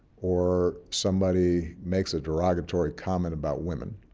or somebody makes a derogatory comment about women,